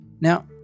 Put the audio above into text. Now